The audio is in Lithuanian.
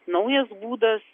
naujas būdas